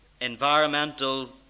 environmental